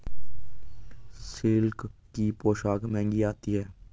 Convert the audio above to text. silk की पोशाक महंगी आती है